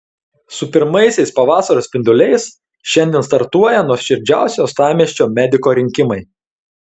su pirmaisiais pavasario spinduliais šiandien startuoja nuoširdžiausio uostamiesčio mediko rinkimai